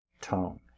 tone